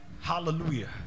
hallelujah